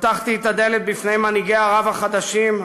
פתחתי את הדלת בפני מנהיגי ערב החדשים,